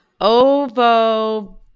Ovo